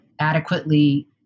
adequately